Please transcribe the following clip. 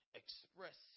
express